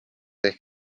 ehk